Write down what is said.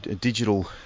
digital